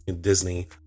Disney